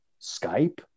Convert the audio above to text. Skype